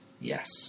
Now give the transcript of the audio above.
yes